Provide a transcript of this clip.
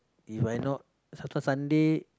If I not sometimes Sunday